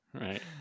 right